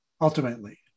ultimately